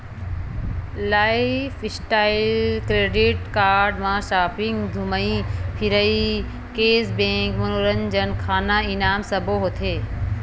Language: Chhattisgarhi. लाईफस्टाइल क्रेडिट कारड म सॉपिंग, धूमई फिरई, केस बेंक, मनोरंजन, खाना, इनाम सब्बो होथे